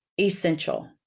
essential